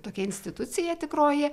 tokia institucija tikroji